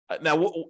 Now